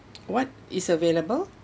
what is available